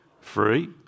free